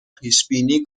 پیشبینی